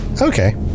Okay